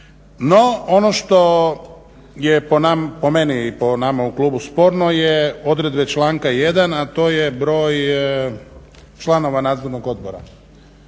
No ono što je po meni, po nama u klubu sporno je odredbe članka 1., a to je broj članova Nadzornog odbora.